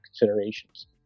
considerations